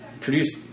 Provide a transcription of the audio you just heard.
produce